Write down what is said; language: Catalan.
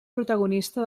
protagonista